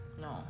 No